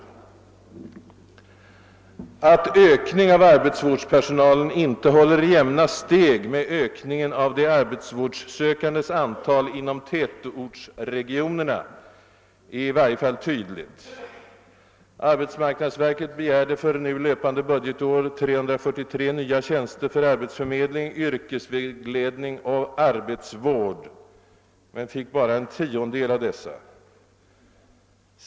Att ökningen av arbetsvårdspersonalen inte håller jämna steg med ökningen av de arbetsvårdssökandes antal inom tätortsregionerna är i varje fall tydligt. Arbetsmarknadsverket begärde för nu löpande budgetår 343 nya tjänster för arbetsförmedling, yrkesvägledning och arbetsvård men fick bara en tiondel av dessa.